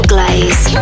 Glaze